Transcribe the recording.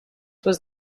was